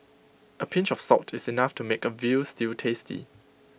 A pinch of salt is enough to make A Veal Stew tasty